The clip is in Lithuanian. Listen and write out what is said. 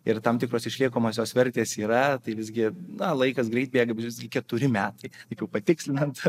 ir tam tikros išliekamosios vertės yra tai visgi na laikas greit bėga bet visgi keturi metai iki patikslinant